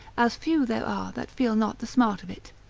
as few there are that feel not the smart of it.